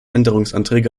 änderungsanträge